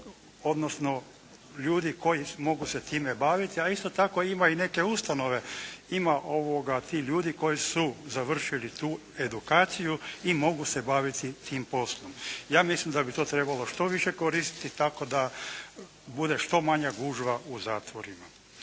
odnosno ljudi koji mogu se time baviti a isto tako ima i neke ustanove, ima ti ljudi koji su završili tu edukaciju i mogu se baviti tim poslom. Ja mislim da bi to trebalo što više koristiti tako da bude što manja gužva u zatvorima.